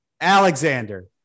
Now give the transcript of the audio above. Alexander